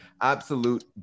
Absolute